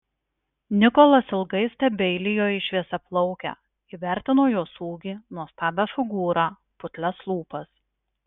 nikolas ilgai stebeilijo į šviesiaplaukę įvertino jos ūgį nuostabią figūrą putlias lūpas